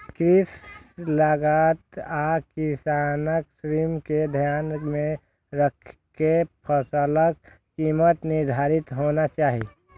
कृषि लागत आ किसानक श्रम कें ध्यान मे राखि के फसलक कीमत निर्धारित होना चाही